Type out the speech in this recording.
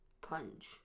Punch